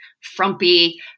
frumpy